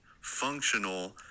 functional